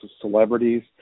celebrities